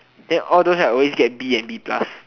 then all don't have always get B and B plus